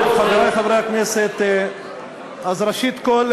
טוב, חברי חברי הכנסת, ראשית כול,